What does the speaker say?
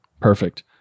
Perfect